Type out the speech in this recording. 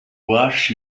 rash